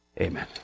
Amen